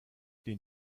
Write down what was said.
den